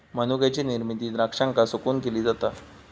मनुक्याची निर्मिती द्राक्षांका सुकवून केली जाता